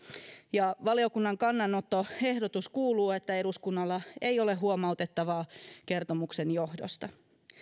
ja valiokunnan kannanottoehdotus kuuluu että eduskunnalla ei ole huomautettavaa kertomuksen johdosta